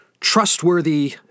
trustworthy